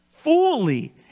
fully